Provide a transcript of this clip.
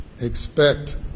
expect